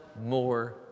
more